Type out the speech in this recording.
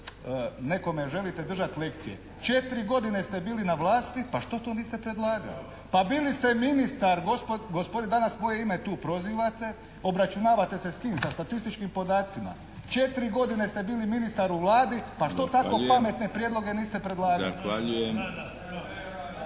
nekome želite držati lekcije 4 godine ste bili na vlasti pa što to niste predlagali? Pa bili ste ministar gospodin danas moje ime tu prozivate. Obračunavate se s kim? Sa statističkim podacima? Četiri godine ste bili ministar u Vladi pa što tako …… /Upadica: Zahvaljujem./ … pametne prijedloge niste predlagali?